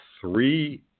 three